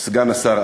סגן השר,